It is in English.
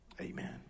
amen